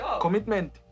commitment